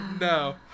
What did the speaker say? No